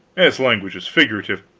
this language is figurative.